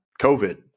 COVID